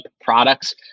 products